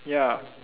ya